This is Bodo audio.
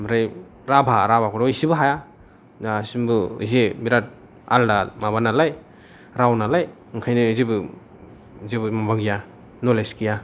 ओमफ्राय राभा राभाखौथ' एसेबो हाया दासिमबो एसे बिराथ आलादा माबा नालाय राव नालाय ओंखायनो जेबो जेबो माबा गैया न'लेज गैया